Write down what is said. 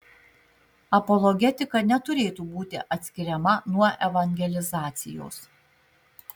apologetika neturėtų būti atskiriama nuo evangelizacijos